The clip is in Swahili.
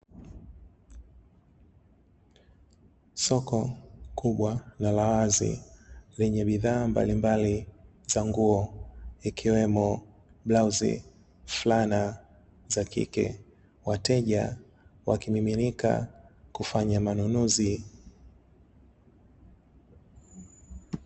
Soko kubwa na lazi lenye bidhaa mbalimbali za nguo ikiwemo brauzi, fulana za kike wateja wakimiminika kufanya manunuzi.